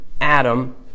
Adam